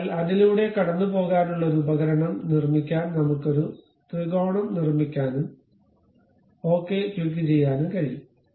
അതിനാൽ അതിലൂടെ കടന്നുപോകാനുള്ള ഒരു ഉപകരണം നിർമ്മിക്കാൻ നമ്മുക്ക് ഒരു ത്രികോണം നിർമ്മിക്കാനും ഓക്കേ ക്ലിക്കുചെയ്യാനും കഴിയും